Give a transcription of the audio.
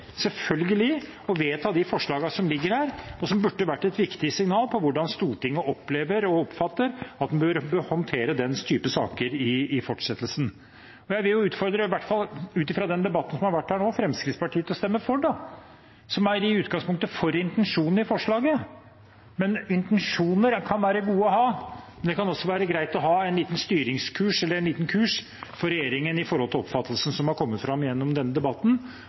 å vedta de forslagene som ligger her, og som burde vært et viktig signal for hvordan Stortinget opplever og oppfatter at en bør håndtere den typen saker i fortsettelsen. Ut fra den debatten som har vært her nå, vil jeg i hvert fall utfordre Fremskrittspartiet, som i utgangspunktet er for intensjonen i forslaget, til å stemme for. Intensjoner kan være gode å ha, men det kan også være greit å ha en liten styringskurs, eller en liten kurs, for regjeringen når det gjelder oppfattelsen som har kommet fram gjennom denne debatten,